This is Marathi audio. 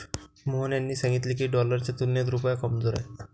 मोहन यांनी सांगितले की, डॉलरच्या तुलनेत रुपया कमजोर आहे